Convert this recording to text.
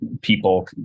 people